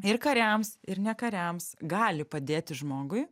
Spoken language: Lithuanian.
ir kariams ir ne kariams gali padėti žmogui